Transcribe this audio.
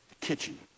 kitchen